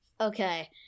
Okay